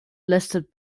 listed